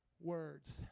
words